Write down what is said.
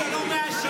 מותר לי, לא מאשר.